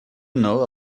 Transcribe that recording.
know